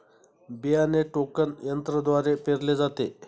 बियाणे टोकन यंत्रद्वारे पेरले जाते